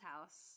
house